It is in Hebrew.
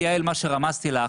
יעל, על זה רמזתי לך.